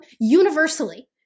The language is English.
Universally